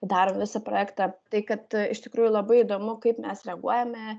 daro visą projektą tai kad iš tikrųjų labai įdomu kaip mes reaguojame